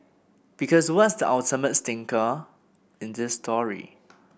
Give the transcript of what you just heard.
because what's the ultimate stinker in this story